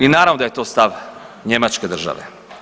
I naravno da je to stav Njemačke države.